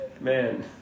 Man